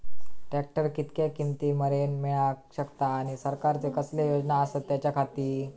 Tractor कितक्या किमती मरेन मेळाक शकता आनी सरकारचे कसले योजना आसत त्याच्याखाती?